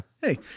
Hey